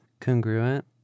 congruent